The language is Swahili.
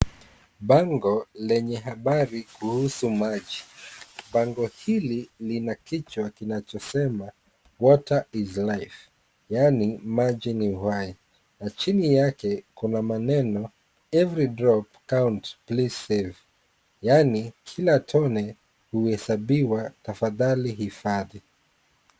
Bango lenye habari kuhusu maji ,bango hili lina kichwa kinachosema Water is Life yaani maji ni uhai ,na chini yake kuna maneno Every drop Counts please save yaani kila tone huhesabiwa tafadhali hifadhi .